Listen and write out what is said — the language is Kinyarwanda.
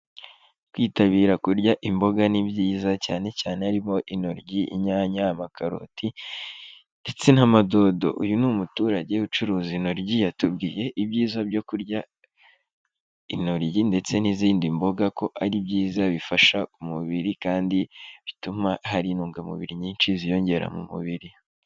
Kwitabira kurya imboga ni byiza cyane cyane harimo intoryi, inyanya, amakaroti ndetse n'amadodo. Uyu ni umuturage ucuruza intoryi yatubwiye ibyiza byo kurya intoryi ndetse n'izindi mboga ko ari byiza bifasha umubiri, kandi bituma hari intungamubiri nyinshi ziyongera mu mubiri.